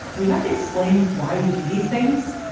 do we have to explain why we do these things?